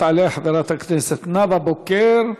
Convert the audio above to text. תעלה חברת הכנסת נאוה בוקר.